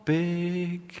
big